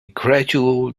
gradual